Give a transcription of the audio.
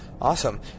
Awesome